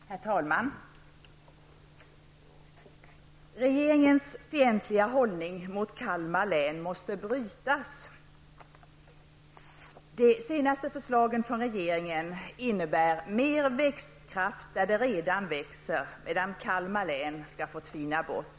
Herr talman! Regeringens fientliga hållning gentemot Kalmar län måste brytas. De senaste förslagen från regeringen innebär mer växtkraft där det redan växer, medan Kalmar län skall få tvina bort.